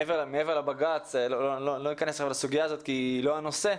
אני לא אכנס לסוגיה של הבג"ץ כי זה לא הנושא,